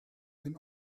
been